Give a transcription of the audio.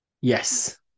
Yes